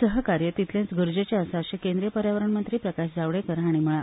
सहकार्य तितलेच गरजेचे आसा अशें केंद्रीय पर्यावरण मंत्री प्रकाश जावडेकर हांणी म्हटला